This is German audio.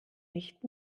nicht